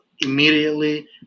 immediately